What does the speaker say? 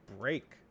break